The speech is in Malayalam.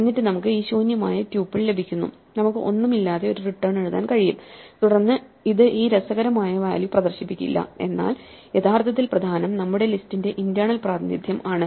എന്നിട്ട് നമുക്ക് ഈ ശൂന്യമായ ട്യൂപ്പിൾ ലഭിക്കുന്നു നമുക്ക് ഒന്നുമില്ലാതെ ഒരു റിട്ടേൺ എഴുതാൻ കഴിയും തുടർന്ന് ഇത് ഈ രസകരമായ റിട്ടേൺ വാല്യൂ പ്രദർശിപ്പിക്കില്ല എന്നാൽ യഥാർത്ഥത്തിൽ പ്രധാനം നമ്മളുടെ ലിസ്റ്റിന്റെ ഇന്റേണൽ പ്രാതിനിധ്യം ആണ്